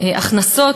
הכנסות